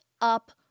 up